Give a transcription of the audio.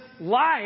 life